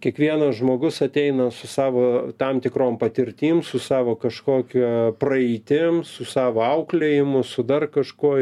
kiekvienas žmogus ateina su savo tam tikrom patirtim su savo kažkokia praeitim su savo auklėjimu su dar kažko